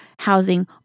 housing